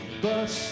bus